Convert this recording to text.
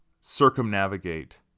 circumnavigate